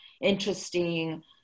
interesting